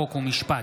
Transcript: חוק ומשפט.